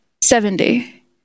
Seventy